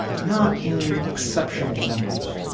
not in exceptional numbers.